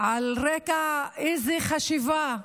על רקע, איזו חשיבה,